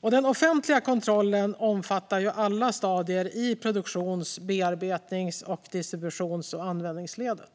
Den offentliga kontrollen omfattar alla stadier i produktions, bearbetnings-, distributions och användningsleden.